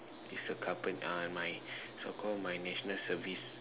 is a uh my so called my national service